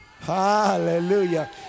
Hallelujah